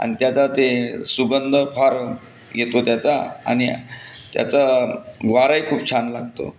आणि त्याचा ते सुगंध फार येतो त्याचा आणि त्याचा वाराही खूप छान लागतो